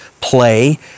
play